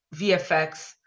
VFX